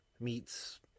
meets